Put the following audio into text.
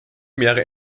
primäre